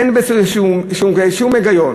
אין בזה שום היגיון.